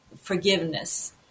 forgiveness